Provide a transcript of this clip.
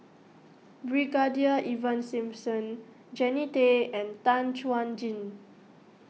Brigadier Ivan Simson Jannie Tay and Tan Chuan Jin